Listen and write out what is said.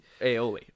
aioli